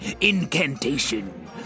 incantation